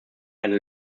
eine